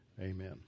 Amen